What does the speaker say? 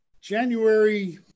January